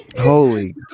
Holy